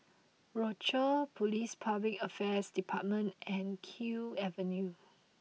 Rochor Police Public Affairs Department and Kew Avenue